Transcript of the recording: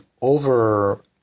over-